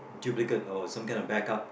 duplicate or some kind of backup